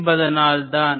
என்பதனால் தான்